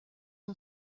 اون